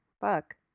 Fuck